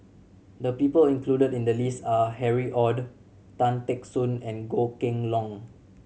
the people included in the list are Harry Ord Tan Teck Soon and Goh Kheng Long